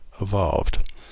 evolved